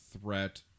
threat